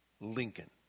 Lincoln